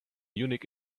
unique